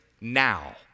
now